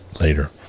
later